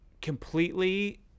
completely